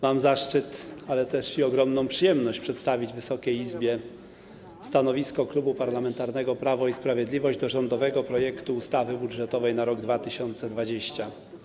Mam zaszczyt, ale też ogromną przyjemność przedstawić Wysokiej Izbie stanowisko Klubu Parlamentarnego Prawo i Sprawiedliwość w sprawie rządowego projektu ustawy budżetowej na rok 2020.